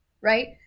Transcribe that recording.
right